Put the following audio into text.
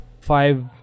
five